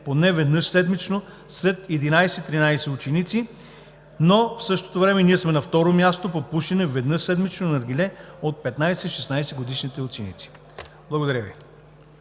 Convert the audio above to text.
поне веднъж седмично сред 11 – 13-годишни ученици, но в същото време сме на второ място по пушене веднъж седмично на наргиле от 15 – 16 годишните ученици. Благодаря Ви.